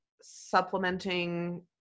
supplementing